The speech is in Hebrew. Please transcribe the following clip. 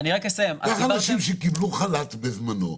קח אנשים שקיבלו חל"ת בזמנו,